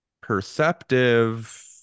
perceptive